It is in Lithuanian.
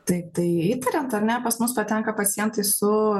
taip tai įtariant ar ne pas mus patenka pacientai su